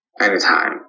anytime